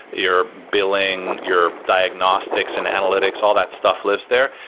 your billing, your diagnostics and analytics, all that stuff lives there.